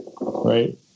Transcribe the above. right